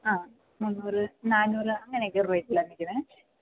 ആ മുന്നൂറ് നാനൂറ് അങ്ങനെയൊക്കെ ഒരു റേറ്റിലാണ് വിൽക്കുന്നത്